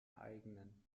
eigenen